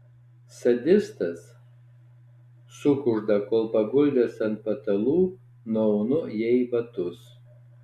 sadistas sukužda kol paguldęs ant patalų nuaunu jai batus